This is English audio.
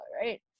right